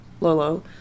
Lolo